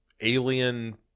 alien